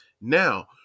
Now